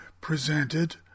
presented